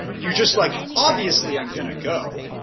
you are just like obviously i'm going to go.